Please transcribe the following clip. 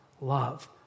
love